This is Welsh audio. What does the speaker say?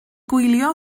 gwylio